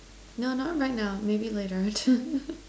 no not right now maybe later